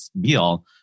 be-all